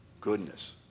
Goodness